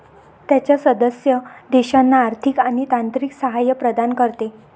त्याच्या सदस्य देशांना आर्थिक आणि तांत्रिक सहाय्य प्रदान करते